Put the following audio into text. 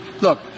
Look